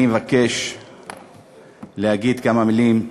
אני מבקש להגיד כמה מילים בערבית.